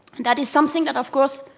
that is something that, of course,